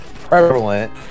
prevalent